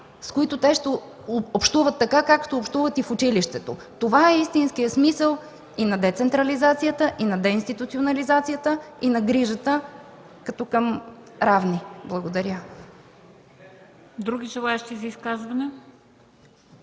с които те ще общуват така, както общуват и в училището. Това е истинският смисъл и на децентрализацията, и на деинституционализацията, и на грижата като към равни. Благодаря. ПРЕДСЕДАТЕЛ МЕНДА